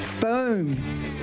Boom